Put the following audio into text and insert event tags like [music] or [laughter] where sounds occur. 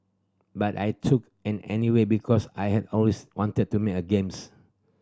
but I took [unintelligible] anyway because I had always wanted to make a games